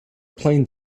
plane